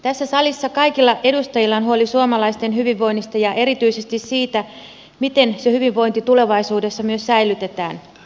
tässä salissa kaikilla edustajilla on huoli suomalaisten hyvinvoinnista ja erityisesti siitä miten se hyvinvointi tulevaisuudessa myös säilytetään